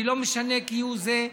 אני לא משנה כהוא זה.